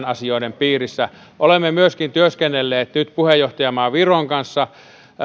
asioiden piirissä olemme myöskin työskennelleet nyt puheenjohtajamaa viron kanssa